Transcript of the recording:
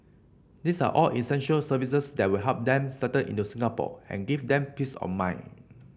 these are all essential services that will help them settle into Singapore and give them peace of mind